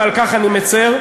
ועל כך אני מצר.